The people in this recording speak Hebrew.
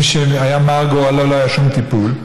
מי שזה היה מר גורלו, לא היה שום טיפול,